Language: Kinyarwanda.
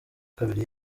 kabiri